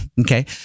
okay